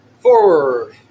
forward